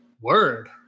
word